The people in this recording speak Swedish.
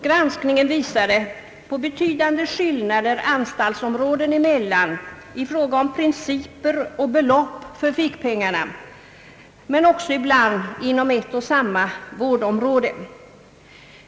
Granskningen visade på betydande skillnader anstaltsområden emellan i fråga om principer och belopp när det gäller fickpengarna men ibland också inom ett och samma vårdområde.